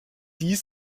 dies